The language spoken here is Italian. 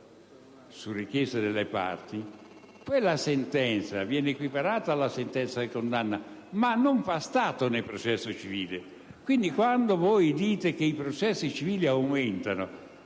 su richiesta delle parti, quella sentenza viene equiparata alla sentenza di condanna, ma non fa stato nel processo civile. Voi dite che i processi civili ed